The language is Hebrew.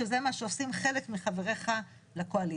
שזה מה שעושים חלק מחבריך לקואליציה,